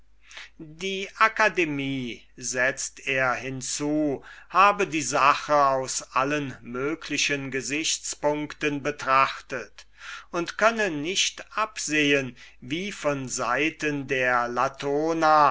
die akademie setzt er hinzu habe die sache aus allen möglichen gesichtspuncten betrachtet und könne nicht absehen wie von seiten der latona